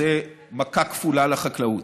זו מכה כפולה לחקלאות.